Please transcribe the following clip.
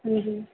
हाँ जी